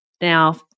now